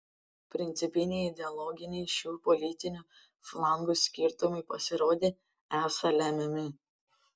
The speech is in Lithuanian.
principiniai ideologiniai šių politinių flangų skirtumai pasirodė esą lemiami